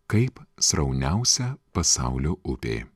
kaip srauniausia pasaulio upė